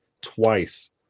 twice